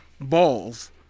balls